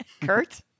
Kurt